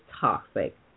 toxic